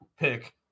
pick